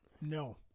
No